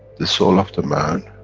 the soul of the man,